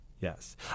yes